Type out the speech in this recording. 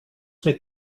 mit